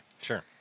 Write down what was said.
Sure